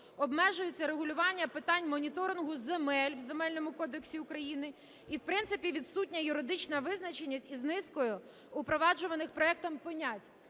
обмежується регулювання питань моніторингу земель в Земельному кодексі України. І, в принципі, відсутня юридична визначеність із низкою впроваджуваних проектом понять.